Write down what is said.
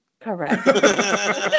Correct